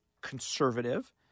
conservative